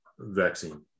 vaccine